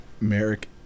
Merrick